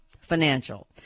financial